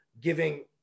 giving